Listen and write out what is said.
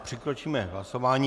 Přikročíme k hlasování.